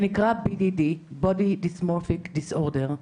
זה נקרא BDD: Body dysmorphic disorder.